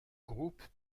groupe